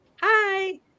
hi